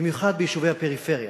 במיוחד ליישובי הפריפריה,